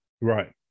Right